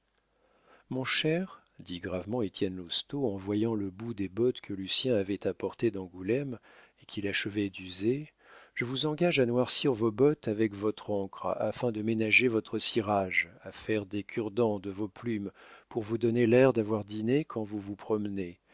mon cher dit gravement étienne lousteau en voyant le bout des bottes que lucien avait apportées d'angoulême et qu'il achevait d'user je vous engage à noircir vos bottes avec votre encre afin de ménager votre cirage à faire des curedents de vos plumes pour vous donner l'air d'avoir dîné quand vous vous promenez